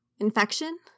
infection